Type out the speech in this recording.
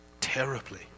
terribly